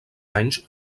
anys